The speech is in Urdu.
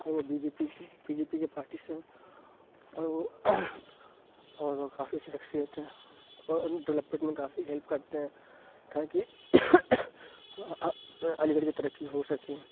وہ بی جے پی کی بی جے پی کی پارٹی سے ہیں اور وہ اور وہ کافی اچھی شخصیت ہیں اور وہ ڈپلوپمینٹ میں کافی ہیلپ کرتے ہیں تاکہ علی گڑھ کی ترقی ہو سکے